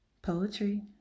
Poetry